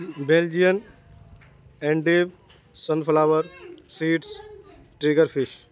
Belgium edible sun flower seeds trigger fish